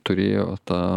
turėjo tą